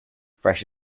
fresh